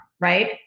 right